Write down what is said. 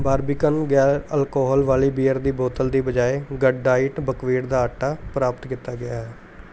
Barbican ਗੈਰ alcohol ਵਾਲੀ beer ਦੀ ਬੋਤਲ ਦੀ ਬਜਾਏ ਗੱਡਡਾਇਟ ਬਕਵੇਟ ਦਾ ਆਟਾ ਪ੍ਰਾਪਤ ਕੀਤਾ ਗਿਆ ਹੈ